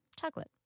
chocolate